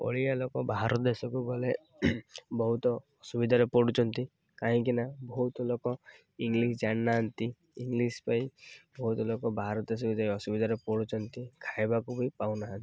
ଓଡ଼ିଆ ଲୋକ ବାହାର ଦେଶକୁ ଗଲେ ବହୁତ ଅସୁବିଧାରେ ପଡ଼ୁଛନ୍ତି କାହିଁକିନା ବହୁତ ଲୋକ ଇଂଲିଶ ଜାଣିନାହାନ୍ତି ଇଂଲିଶ ପାଇଁ ବହୁତ ଲୋକ ବାହାର ଦେଶକୁ ଯାଇ ଅସୁବିଧାରେ ପଡ଼ୁଛନ୍ତି ଖାଇବାକୁ ବି ପାଉନାହାନ୍ତି